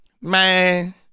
Man